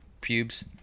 pubes